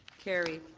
carried.